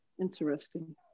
Interesting